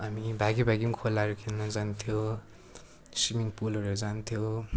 हामी भागी भागी खोलाहरू खेल्नु जान्थ्यौँ स्विमिङ पुलहरू जान्थ्यौँ